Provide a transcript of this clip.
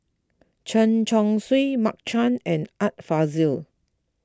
Chen Chong Swee Mark Chan and Art Fazil